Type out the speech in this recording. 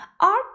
Art